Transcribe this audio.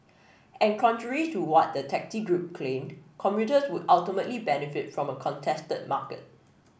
and contrary to what the taxi group claimed commuters would ultimately benefit from a contested market